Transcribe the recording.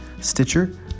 Stitcher